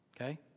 Okay